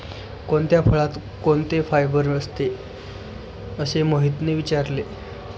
कोणत्या फळात कोणते फायबर असते? असे मोहितने विचारले